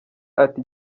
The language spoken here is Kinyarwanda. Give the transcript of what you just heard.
ati